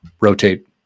rotate